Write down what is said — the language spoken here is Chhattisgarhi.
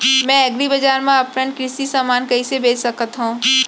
मैं एग्रीबजार मा अपन कृषि समान कइसे बेच सकत हव?